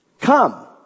Come